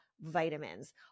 vitamins